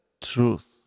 truth